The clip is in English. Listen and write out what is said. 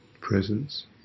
presence